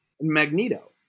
Magneto